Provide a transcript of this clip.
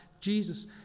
Jesus